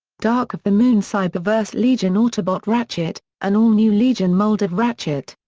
dark of the moon cyberverse legion autobot ratchet an all-new legion mold of ratchet.